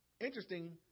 Interesting